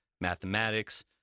mathematics